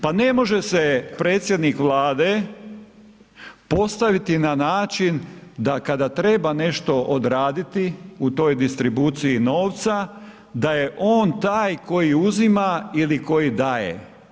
Pa ne može se predsjednik Vlade postaviti na način da kada treba nešto odraditi u toj distribuciji novca da je on taj koji uzima ili koji daje.